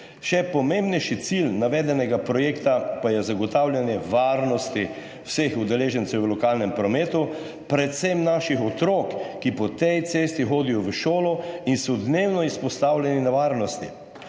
še pomembnejši cilj navedenega projekta pa je zagotavljanje varnosti vseh udeležencev v lokalnem prometu, predvsem naših otrok, ki po tej cesti hodijo v šolo in so dnevno izpostavljeni nevarnosti,